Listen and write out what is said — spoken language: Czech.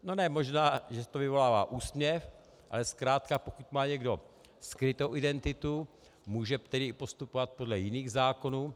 No ne, možná že to vyvolává úsměv, ale zkrátka pokud má někdo skrytou identitu, může tedy postupovat podle jiných zákonů.